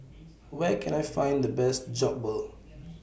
Where Can I Find The Best Jokbal